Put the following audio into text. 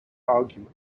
argument